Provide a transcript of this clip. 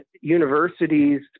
universities